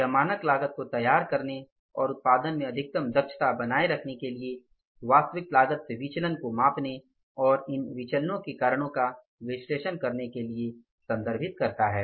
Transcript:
यह मानक लागत को तैयार करने और और उत्पादन में अधिकतम दक्षता बनाए रखने के लिए वास्तविक लागत से विचलन को मापने और इन विचलनो के कारणों का विश्लेषण करने के लिए संदर्भित करता है